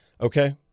Okay